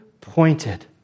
pointed